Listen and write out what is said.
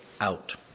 out